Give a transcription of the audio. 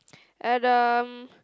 Adam